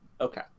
Okay